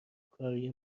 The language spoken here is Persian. کاری